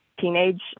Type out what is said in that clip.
teenage